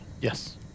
Yes